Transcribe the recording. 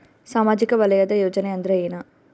ಸಾಮಾಜಿಕ ವಲಯದ ಯೋಜನೆ ಅಂದ್ರ ಏನ?